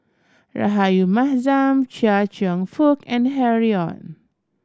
Rahayu Mahzam Chia Cheong Fook and Harry Ord